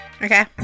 okay